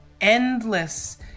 endless